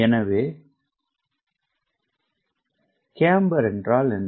எனவே கேம்பர் என்றால் என்ன